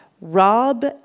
Rob